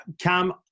Cam